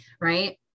Right